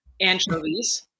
Anchovies